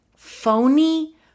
phony